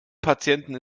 patienten